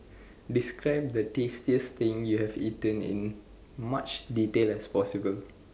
describe the tastiest thing you have eaten in much detail as possible